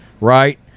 right